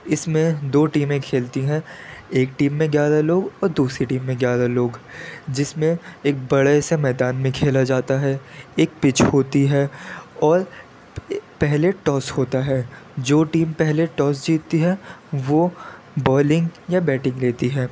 اس میں دو ٹیمیں کھیلتی ہیں ایک ٹیم میں گیارہ لوگ اور دوسری ٹیم میں گیارہ لوگ جس میں ایک بڑے سے میدان میں کھیلا جاتا ہے ایک پچ ہوتی ہے اور پہلے ٹاس ہوتا ہے جو ٹیم پہلے ٹاس جیتی ہے وہ بالنگ یا بیٹنگ لیتی ہے